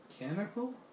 mechanical